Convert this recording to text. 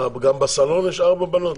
גם בסלון יש ארבע בנות?